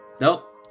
nope